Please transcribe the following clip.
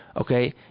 Okay